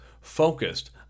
focused